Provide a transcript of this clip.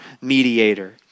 mediator